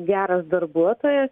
geras darbuotojas